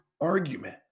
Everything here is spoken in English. argument